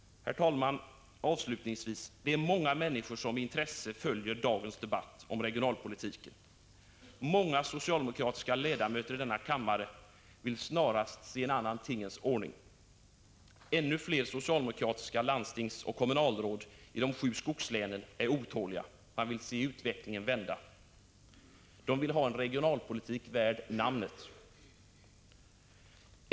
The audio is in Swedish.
Avslutningsvis: Många människor följer med intresse dagens debatt om regionalpolitiken. Många socialdemokratiska ledamöter i denna kammare vill snarast se en annan tingens ordning. Många socialdemokratiska landstingsoch kommunalråd, bl.a. i de sju skogslänen, är otåliga och vill se utvecklingen vända. De vill ha en regionalpolitik värd namnet.